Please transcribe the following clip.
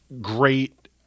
great